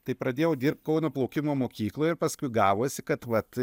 tai pradėjau dirbt kauno plaukimo mokykloj ir paskui gavosi kad vat